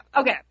Okay